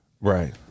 Right